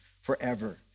forever